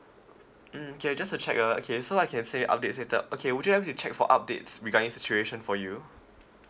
mm okay I just have checked uh okay so I can say update is settled okay would you like me to check for updates regarding situation for you